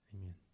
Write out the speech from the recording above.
Amen